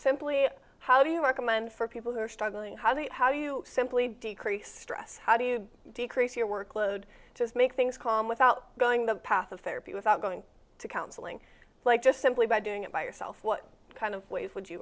simply how do you recommend for people who are struggling how do you how do you simply decrease stress how do you decrease your workload just make things calm without going the path of therapy without going to counseling like just simply by doing it by yourself what kind of ways would you